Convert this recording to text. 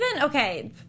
okay